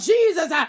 Jesus